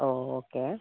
ഓ okay